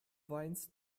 weinst